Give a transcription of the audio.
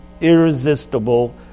Irresistible